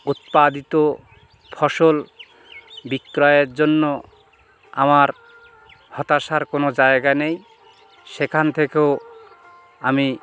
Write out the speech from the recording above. উৎপাদিত ফসল বিক্রয়ের জন্য আমার হতাশার কোনো জায়গা নেই সেখান থেকেও আমি